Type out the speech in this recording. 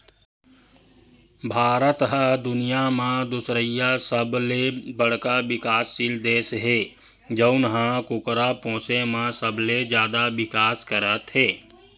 भारत ह दुनिया म दुसरइया सबले बड़का बिकाससील देस हे जउन ह कुकरा पोसे म सबले जादा बिकास करत हे